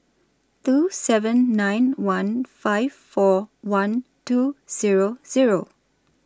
two seven nine one five four one two Zero Zero